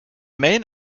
main